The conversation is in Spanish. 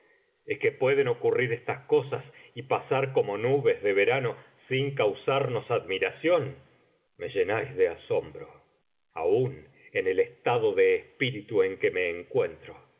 es que pueden ocurrir estas cosas y pasar como nubes de verano sin causarnos admiración me llenáis de asombro aun en el estado de espíritu en que me encuentro